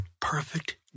perfect